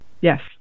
Yes